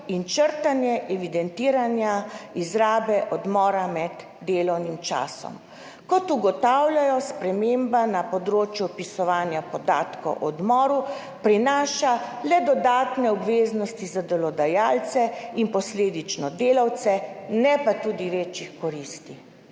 in črtanje evidentiranja izrabe odmora med delovnim časom. Kot ugotavljajo, sprememba na področju vpisovanja podatkov o odmoru prinaša le dodatne obveznosti za delodajalce in posledično delavce, ne pa tudi večjih koristi.